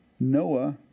Noah